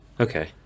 Okay